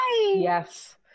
yes